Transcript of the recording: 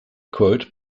quote